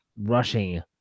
rushing